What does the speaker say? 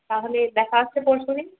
তাহলে দেখা হচ্ছে পরশু দিন